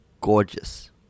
Gorgeous